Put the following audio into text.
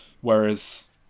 Whereas